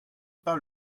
pas